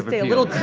but a little